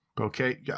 Okay